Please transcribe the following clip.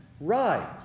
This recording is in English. rise